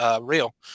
real